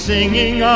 Singing